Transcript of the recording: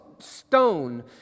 stone